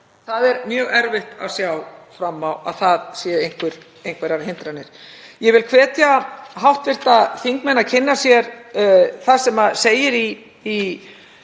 Það er mjög erfitt að sjá að það séu einhverjar hindranir. Ég vil hvetja hv. þingmenn til að kynna sér það sem segir í